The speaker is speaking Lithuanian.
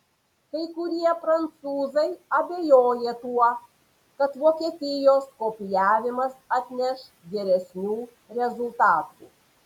kai kurie prancūzai abejoja tuo kad vokietijos kopijavimas atneš geresnių rezultatų